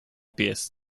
pies